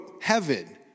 heaven